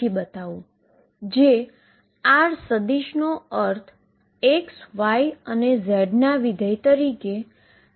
ચાલો તો હવે આપણે તેના બે વખત ડેરીવેટીવ કરીએ